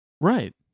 Right